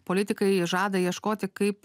politikai žada ieškoti kaip